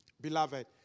Beloved